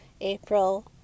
April